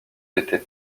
n’était